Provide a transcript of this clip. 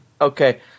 Okay